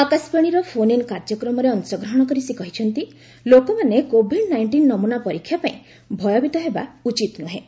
ଆକାଶବାଣୀର ଫୋନ୍ଇନ୍ କାର୍ଯ୍ୟକ୍ରମରେ ଅଂଶଗ୍ରହଣ କରି ସେ କହିଛନ୍ତି ଲୋକମାନେ କୋଭିଡ ନାଇଷ୍ଟିନ୍ ନମ୍ମନା ପରୀକ୍ଷା ପାଇଁ ଭୟଭୀତ ହେବା ଉଚିତ୍ ନୁହେଁ